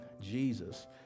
Jesus